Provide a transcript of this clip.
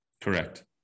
Correct